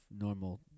normal